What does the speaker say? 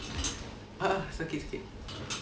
ah ah sakit sakit